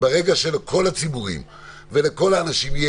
ברגע שלכל הציבורים ולכל האנשים יהיה